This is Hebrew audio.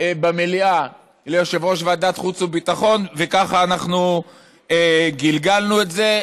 במליאה ליושב-ראש ועדת החוץ והביטחון וכך גלגלנו את זה.